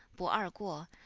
bu er guo,